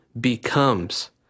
becomes